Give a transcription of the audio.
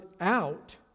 out